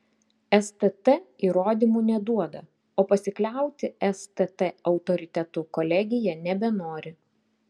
stt įrodymų neduoda o pasikliauti stt autoritetu kolegija nebenori